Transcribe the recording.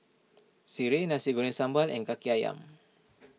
Sireh Nasi Goreng Sambal and Kaki Ayam